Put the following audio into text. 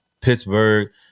Pittsburgh